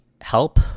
help